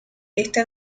está